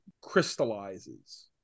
crystallizes